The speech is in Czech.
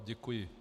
Děkuji.